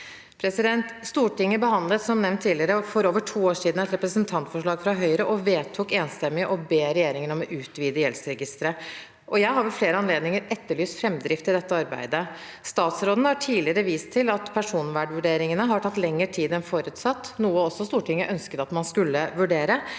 tidligere, for over to år siden et representantforslag fra Høyre og vedtok enstemmig å be regjeringen om å utvide gjeldsregisteret. Jeg har ved flere anledninger etterlyst framdrift i dette arbeidet. Statsråden har tidligere vist til at personvernvurderingene har tatt lengre tid enn forutsatt, noe også Stortinget ønsket at man skulle vurdere.